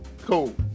Cool